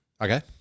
Okay